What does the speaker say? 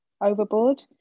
overboard